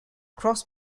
cross